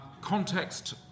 context